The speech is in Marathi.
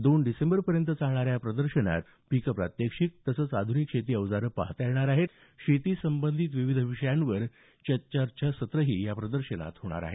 दोन डिसेंबरपर्यंत चालणाऱ्या या प्रदर्शनात पीक प्रात्यक्षिक तसंच आधुनिक शेती औजारं पाहता येणार आहेत शेती संबंधीत विविध विषयांवर चर्चासत्रं ही या प्रदर्शनात होणार आहेत